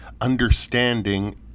understanding